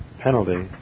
penalty